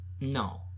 no